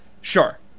Sure